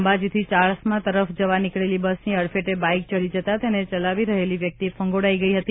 અંબાજીથી ચાણસ્મા તરફ જવા નીકળેલી બસની અડફેટે બાઇક ચડી જતા તેને ચલાવી રહેલી વ્યક્તિ ફંગોળાઈ ગઈ હતી